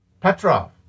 Petrov